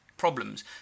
problems